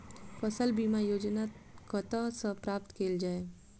फसल बीमा योजना कतह सऽ प्राप्त कैल जाए?